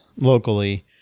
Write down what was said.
locally